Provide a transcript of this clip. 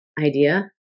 idea